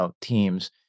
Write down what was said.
teams